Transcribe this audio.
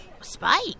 Spike